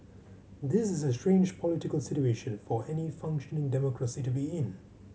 this is a strange political situation for any functioning democracy to be in